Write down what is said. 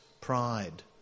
pride